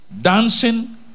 Dancing